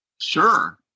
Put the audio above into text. Sure